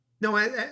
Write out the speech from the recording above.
No